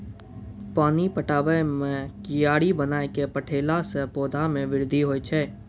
पानी पटाबै मे कियारी बनाय कै पठैला से पौधा मे बृद्धि होय छै?